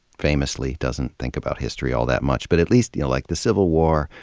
famously, doesn't think about history all that much. but at least, you know, like, the civil war,